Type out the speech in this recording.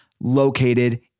located